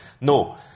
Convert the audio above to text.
No